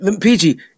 PG